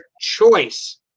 choice